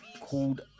Called